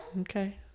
Okay